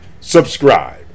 subscribe